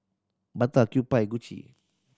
Bata Kewpie Gucci